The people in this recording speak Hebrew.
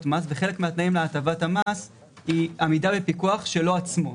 מס וחלק מהתנאים להטבת המס היא עמידה בפיקוח שלו עצמו.